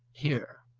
here.